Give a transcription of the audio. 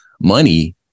money